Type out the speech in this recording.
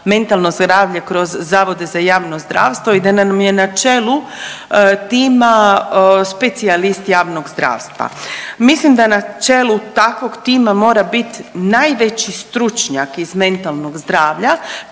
mentalno zdravlje kroz zavode za javno zdravstvo i da nam je na čelu tima specijalist javnog zdravstva. Mislim da na čelu takvog tima mora biti najveći stručnjak iz mentalnog zdravlja